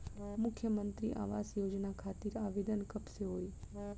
मुख्यमंत्री आवास योजना खातिर आवेदन कब से होई?